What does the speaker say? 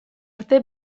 arte